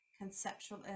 conceptual